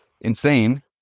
insane